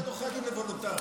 לשכת עורכי הדין לוולונטרי.